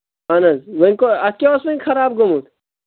اَہن حظ وۄنۍ کو اَتھ کیٛاہ اوس وۄنۍ خراب گوٚمُت